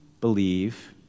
believe